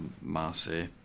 Marseille